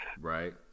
right